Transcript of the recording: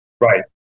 Right